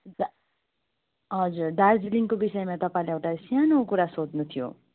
दादा हजुर दार्जिलिङको विषयमा तपाईँलाई एउटा सानो कुरा सोध्नु थियो